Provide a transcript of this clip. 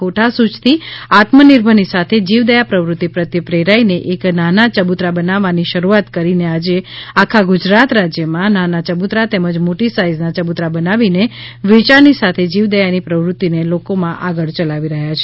મહેસાણા જીલ્લાના ખેરાલુના એક વેપારીએ પોતાની કોઠાસૂઝથી આત્મનિર્ભરની સાથે જીવદયા પ્રવૃતિ પ્રત્યે પ્રેરાઇને એક નાના ચબુતરા બનાવવાની શરૂઆત કરીને આજે આખા ગુજરાત રાજ્યમાં નાના ચબુતરા તેમજ મોટી સાઇઝના ચબુતરા બનાવીને વેચાણની સાથે જીવદયાની પ્રવૃતિને લોકોમાં આગળ ચલાવી રહ્યા છે